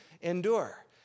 endure